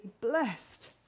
blessed